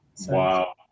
wow